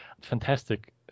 fantastic